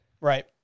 Right